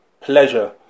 pleasure